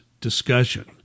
discussion